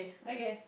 okay